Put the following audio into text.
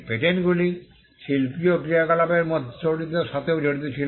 পেটেন্টগুলি শিল্পীয় ক্রিয়াকলাপের সাথেও জড়িত ছিল